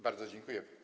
Bardzo dziękuję.